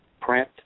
Print